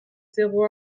zéro